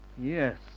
Yes